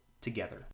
together